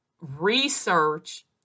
research